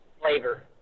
flavor